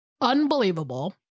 unbelievable